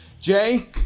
Jay